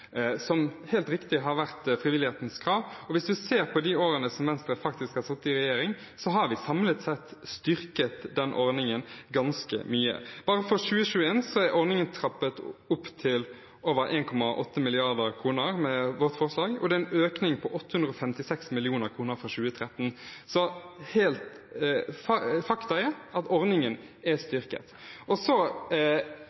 som, helt riktig, har vært frivillighetens krav. Hvis en ser på de årene da Venstre har sittet i regjering, har vi samlet sett styrket den ordningen ganske mye. Bare for 2021 er ordningen trappet opp til over 1,8 mrd. kr med vårt forslag, og det er en økning på 856 mill. kr fra 2013. Faktum er at ordningen er styrket. Så er Venstre enig i at dette er